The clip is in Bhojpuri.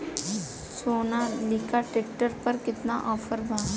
सोनालीका ट्रैक्टर पर केतना ऑफर बा?